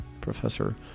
professor